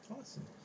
Awesome